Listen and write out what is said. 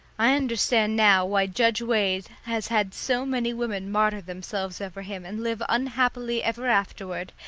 i understand now why judge wade has had so many women martyr themselves over him and live unhappily ever afterward,